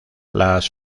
las